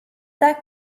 that